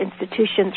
institutions